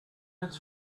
het